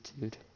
dude